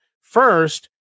first